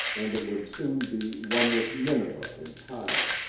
and it would soon be one with nineveh and tyre.